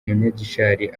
munyagishari